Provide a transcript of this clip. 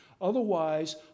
Otherwise